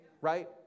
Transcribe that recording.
right